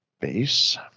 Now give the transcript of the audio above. Base